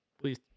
Please